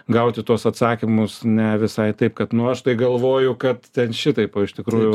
gauti tuos atsakymus ne visai taip kad nu aš tai galvoju kad ten šitaip o iš tikrųjų